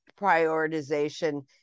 prioritization